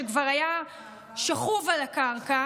שכבר היה שכוב על הקרקע,